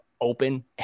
open